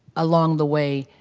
along the way,